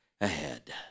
ahead